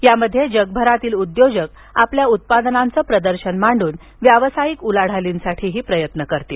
यामध्ये जगभरातील उद्योजक आपल्या उत्पादनांचं प्रदर्शन मांडून व्यवसायिक उलाढालीसाठी प्रयत्न करतील